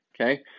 okay